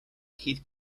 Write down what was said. keith